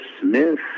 Smith